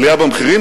עלייה במחירים,